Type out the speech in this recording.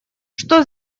что